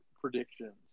predictions